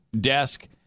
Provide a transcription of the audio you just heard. desk